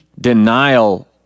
denial